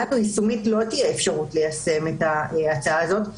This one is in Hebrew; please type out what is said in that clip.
לא תהיה אפשרות ליישם את ההצעה הזאת.